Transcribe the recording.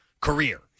career